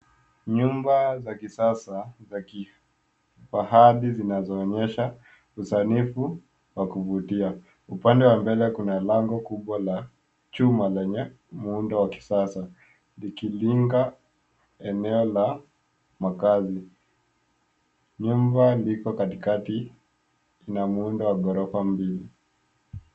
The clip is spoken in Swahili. Nyumba za kisasa za kifahari zinazoonyesha usanifu wa kuvutia. Upande wa mbele kuna lango kubwa la chuma lenye muundo wa kisasa likilinda eneo la makaazi. Nyumba iko katikati ina muundo wa ghorofa mbili.